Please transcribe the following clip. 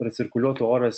pracirkuliuotų oras